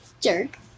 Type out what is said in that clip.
jerk